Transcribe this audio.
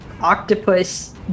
octopus